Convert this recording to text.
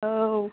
औ